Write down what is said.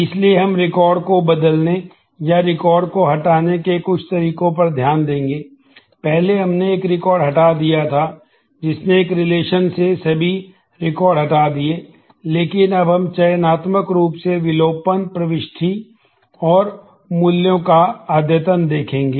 इसलिए हम रिकॉर्ड हटा दिए लेकिन अब हम चयनात्मक रूप से विलोपन प्रविष्टि और मूल्यों का अद्यतन देखेंगे